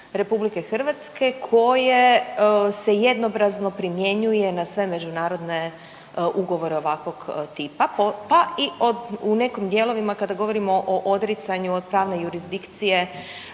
stajalište RH koje se jednoobrazno primjenjuje na sve međunarodne ugovore ovakvog tipa pa i u nekim dijelovima kada govorimo o odricanju od pravne jurisdikcije